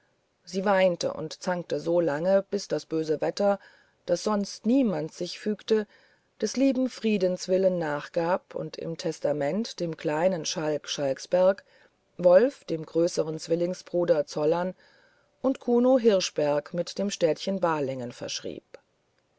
sie weinte und zankte so lange bis das böse wetter das sonst niemand sich fügte des lieben friedens willen nachgab und im testament dem kleinen schalk schalksberg wolf dem größeren zwillingsbruder zollern und kuno hirschberg mit dem städtchen balingen verschrieb